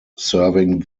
serving